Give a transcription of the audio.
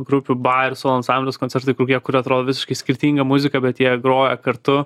grupių ba ir solo ansamblis koncertai kokie kur atrodo visiškai skirtinga muzika bet jie groja kartu